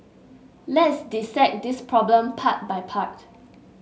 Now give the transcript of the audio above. let's dissect this problem part by part